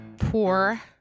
Poor